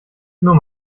nur